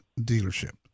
dealership